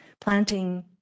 planting